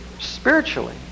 spiritually